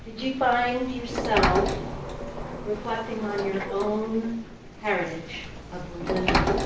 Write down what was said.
find yourself reflecting on your own heritage of the women,